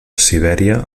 sibèria